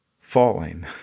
falling